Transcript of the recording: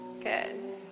Good